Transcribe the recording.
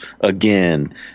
again